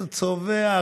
צובע,